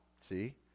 see